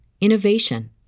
innovation